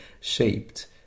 shaped